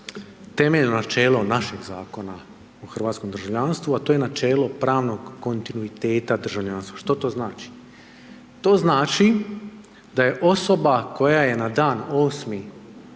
temeljno načelo našeg Zakona o hrvatskom državljanstvu, a to je načelo pravnog kontinuiteta državljanstva. Što to znači? To znači da je osoba koje je na dan